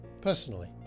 personally